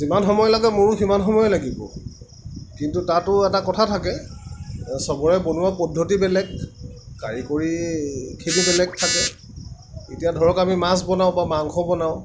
যিমান সময় লাগে মোৰো সিমান সময়ে লাগিব কিন্তু তাতো এটা কথা থাকে সবৰে বনোৱা পদ্ধতি বেলেগ কাৰিকৰীখিনিও বেলেগ থাকে এতিয়া ধৰক আমি মাছ বনাওঁ বা মাংস বনাওঁ